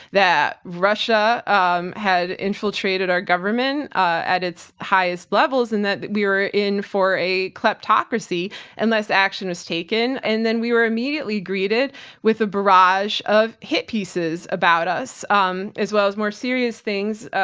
that russia um had infiltrated our government at its highest levels and that we were in for a kleptocracy unless action was taken, and then we were immediately greeted with a barrage of hit pieces about us, um as well as more serious things.